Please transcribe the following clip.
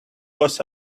was